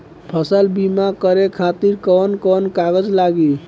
फसल बीमा करे खातिर कवन कवन कागज लागी?